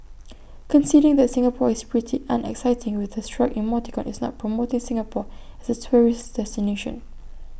conceding that Singapore is pretty unexciting with A shrug emoticon is not promoting Singapore as A tourist destination